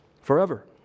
forever